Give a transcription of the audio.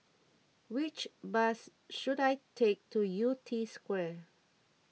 which bus should I take to Yew Tee Square